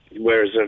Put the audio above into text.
whereas